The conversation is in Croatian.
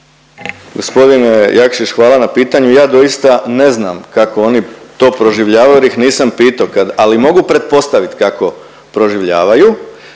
Gospodine Jakšić hvala na pitanju. Ja doista ne znam kako oni to proživljavaju jer ih nisam pito, ali mogu pretpostavit kako proživljavaju.